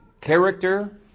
character